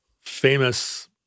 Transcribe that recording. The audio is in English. famous